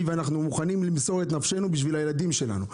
ואנחנו מוכנים למסור את נפשנו בשביל הילדים שלנו.